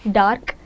dark